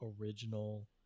original